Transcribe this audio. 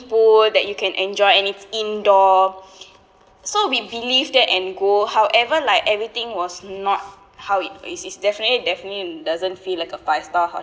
pool that you can enjoy and it's indoor so we believe that and go however like everything was not how it is is definitely definitely doesn't feel like a five star hotel